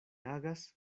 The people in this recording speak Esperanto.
agas